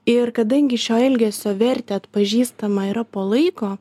ir kadangi šio elgesio vertė atpažįstama yra po laiko